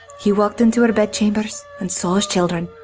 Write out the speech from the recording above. he walked into her bed chambers, and saw his children.